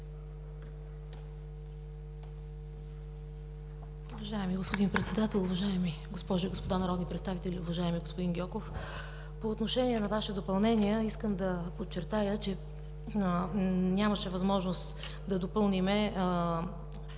Уважаеми господин Председател, уважаеми госпожи и господа народни представители! Уважаеми господин Гьоков, по отношение на Вашето допълнение искам да подчертая, че нямаше възможност да допълним